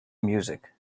music